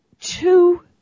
two